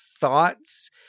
thoughts